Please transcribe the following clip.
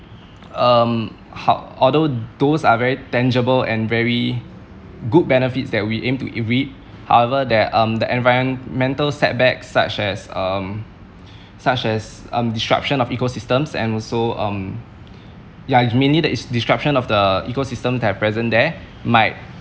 um how~ although those are very tangible and very good benefits that we aim to however there are um environmental setbacks such as um such as um disruption of eco systems and also um yeah mainly disruption of the eco systems that are present there might